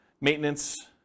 maintenance